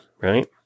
right